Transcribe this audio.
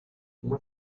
uma